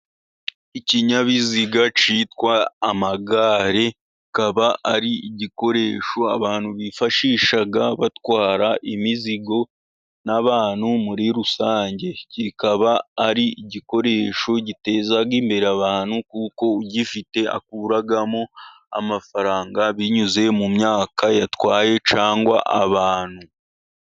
Ikinyabiziga cyitwa amagare, kikaba ari igikoresho abantu bifashisha batwara imizigo n'abantu muri rusange. Kikaba ari igikoresho giteza imbere abantu, kuko ugifite akuramo amafaranga binyuze mu myaka yatwaye cyangwa abantu.